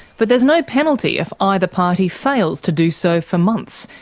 but there's no penalty if either party fails to do so for months,